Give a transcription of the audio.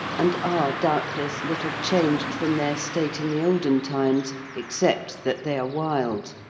and are doubtless little changed from their state in the olden times, except that they are wild.